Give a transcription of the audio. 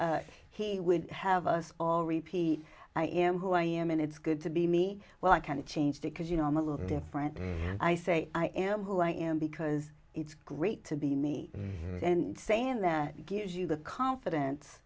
out he would have us all repeat i am who i am and it's good to be me well i can't change because you know i'm a little different and i say i am who i am because it's great to be me and saying that gives you the confidence